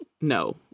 No